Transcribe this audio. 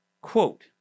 Quote